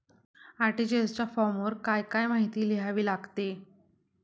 RTGS च्या फॉर्मवर काय काय माहिती लिहावी लागते?